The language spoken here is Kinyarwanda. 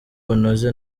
bunoze